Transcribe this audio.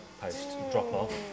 post-drop-off